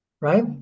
right